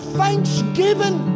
thanksgiving